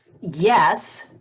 yes